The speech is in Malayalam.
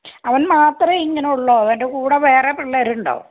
അവൻ മാത്രമേ ഇങ്ങനെ ഉള്ളോ അവൻ്റെ കൂടെ വേറെ പിള്ളേർ ഉണ്ടോ